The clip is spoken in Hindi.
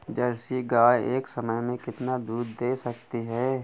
जर्सी गाय एक समय में कितना दूध दे सकती है?